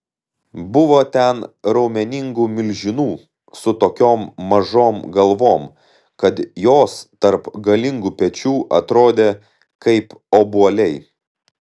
buvo ten raumeningų milžinų su tokiom mažom galvom kad jos tarp galingų pečių atrodė kaip obuoliai